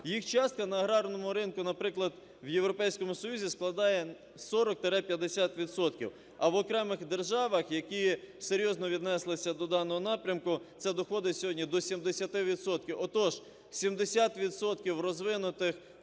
Їх частка на аграрному ринку, наприклад, в Європейському Союзі складає 40-50 відсотків. А в окремих державах, які серйозно віднеслися до даного напрямку, це доходи сьогодні до 70 відсотків.